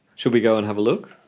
should we go and have a look?